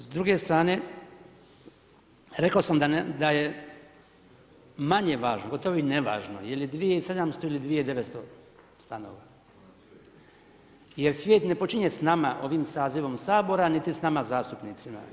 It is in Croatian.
S druge strane, rekao sam da je manje važno gotovo i nevažno je li 2700 ili 2900 stanova, jer svijet ne počinje s nama ovim sazivom Sabora niti s nama zastupnicima.